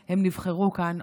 שעבורו הם נבחרו לכאן,